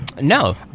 No